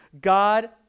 God